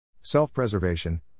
self-preservation